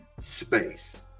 space